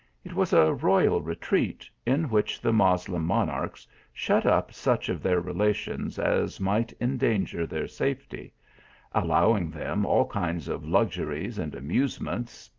it was a royal retreat, in which the moslem mon archs shut up such of their relations as might en danger their safety allowing them all kinds of lux uries and amusements,